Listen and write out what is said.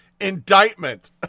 indictment